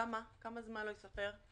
כמה זמן לא ייספר?